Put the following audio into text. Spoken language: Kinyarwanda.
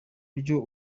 buryo